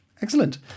Excellent